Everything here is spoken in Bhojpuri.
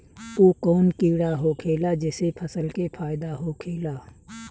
उ कौन कीड़ा होखेला जेसे फसल के फ़ायदा होखे ला?